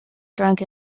drunk